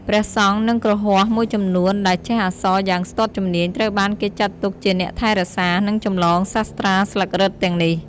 ព្រះសង្ឃ និងគ្រហស្ថមួយចំនួនដែលចេះអក្សរយ៉ាងស្ទាត់ជំនាញ ត្រូវបានគេចាត់ទុកជាអ្នកថែរក្សា និងចម្លងសាត្រាស្លឹករឹតទាំងនេះ។